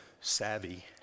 savvy